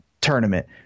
tournament